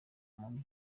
muri